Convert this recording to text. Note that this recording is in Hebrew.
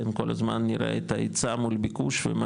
כל הזמן נראה את ההיצע מול ביקוש ומה